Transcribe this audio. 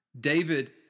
David